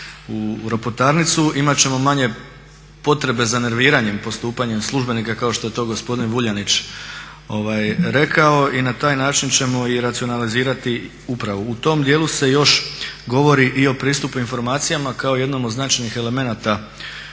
u ropotarnicu imat ćemo manje potrebe za nerviranjem postupanja službenika kao što je to gospodin Vuljanić rekao. Na taj način ćemo i racionalizirati upravu. U tom dijelu se još govori i o pristupu informacijama kao jednom od značajnih elemenata